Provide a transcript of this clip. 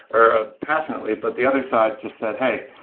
or passionately, but the other side just said, hey,